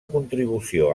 contribució